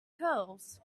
curls